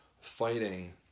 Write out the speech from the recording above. fighting